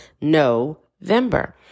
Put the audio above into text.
no-vember